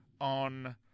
on